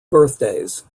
birthdays